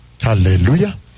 Hallelujah